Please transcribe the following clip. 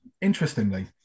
Interestingly